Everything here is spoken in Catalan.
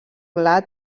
gla